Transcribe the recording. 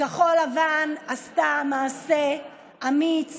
כחול לבן עשתה מעשה אמיץ